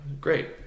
great